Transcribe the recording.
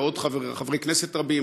ועוד חברי כנסת רבים,